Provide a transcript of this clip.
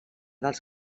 dels